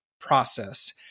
process